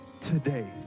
today